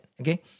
okay